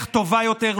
תודה רבה.